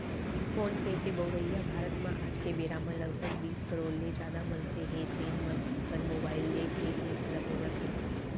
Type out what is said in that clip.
phone पे के बउरइया भारत म आज के बेरा म लगभग बीस करोड़ ले जादा मनसे हें, जेन मन अपन मोबाइल ले ए एप ल बउरत हें